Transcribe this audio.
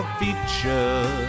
feature